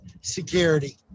security